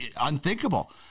unthinkable